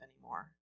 anymore